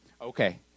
Okay